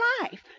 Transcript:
life